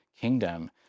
kingdom